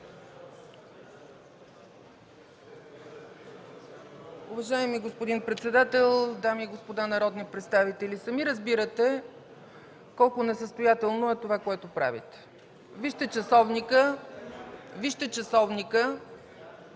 Уважаеми господин председател! Дами и господа народни представители, сами разбирате колко несъстоятелно е това, което правите. Вижте часовника и си